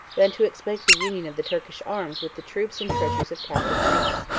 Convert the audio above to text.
than to expect the union of the turkish arms with the troops and treasures of captive greece.